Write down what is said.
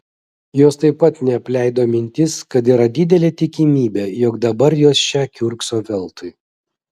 jos taip pat neapleido mintis kad yra didelė tikimybė jog dabar jos čia kiurkso veltui